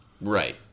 Right